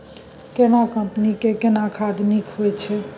केना कंपनी के केना खाद नीक होय छै?